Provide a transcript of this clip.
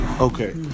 Okay